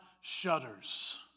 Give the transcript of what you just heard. shudders